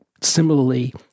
similarly